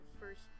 first